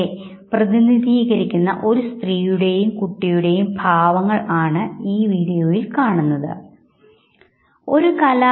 ഞാൻ ഈ ചിത്രത്തിലെ മുഖത്തിലെ വലതുവശം ആദ്യം മായ്ച്ചു ഇത് കണ്ണാടിയിൽ കാണുന്ന പ്രതിബിംബത്തിനു സമാ നമാണ്